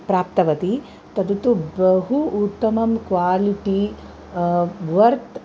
प्राप्तवती तद् तु बहु उत्तमं क्वालिटि वर्तते